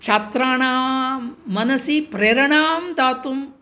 छात्राणां मनसि प्रेरणां दातुम्